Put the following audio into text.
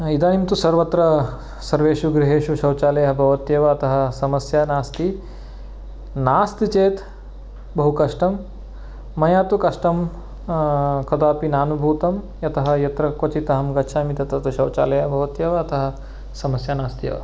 इदानीं तु सर्वत्र सर्वेषु गृहेषु शौचालयः भवत्येव अतः समस्या नास्ति नास्ति चेत् बहु कष्टं मया तु कष्टं कदापि नानुभूतं यतः यत्र क्वचित् अहं गच्छामि तत्र तु शौचालयः भवत्येव अतः समस्या नास्त्येव